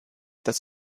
das